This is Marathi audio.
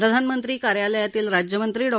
प्रधानमंत्री कार्यालयातील राज्यमंत्री डॉ